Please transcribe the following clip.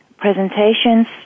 Presentations